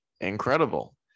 incredible